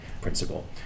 principle